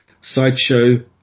Sideshow